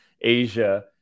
Asia